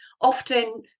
Often